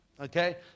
Okay